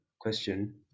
question